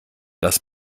das